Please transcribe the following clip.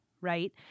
right